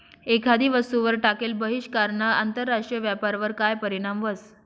एखादी वस्तूवर टाकेल बहिष्कारना आंतरराष्ट्रीय व्यापारवर काय परीणाम व्हस?